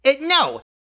No